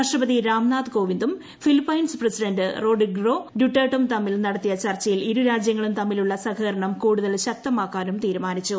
രാഷ്ട്രപതി രാംനാഥ് കോവിന്ദും Philippines president Rodrigo ഡ്യൂട്ടേർട്ടും തമ്മിൽ നടത്തിയ ചർച്ചയിൽ ഇരുരാജ്യങ്ങളും തമ്മിലുള്ള സഹകരണം കൂടുതൽ ശക്തമാക്കാനും തീരുമാനിച്ചു